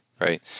right